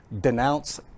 denounce